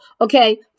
okay